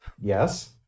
Yes